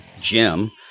Jim